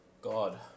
god